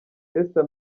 esther